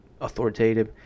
authoritative